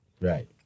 Right